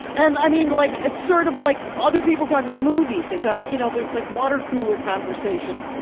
and i mean, like it's sort of like, other people talk about movies, they talk, you know, there's like water cooler conversation.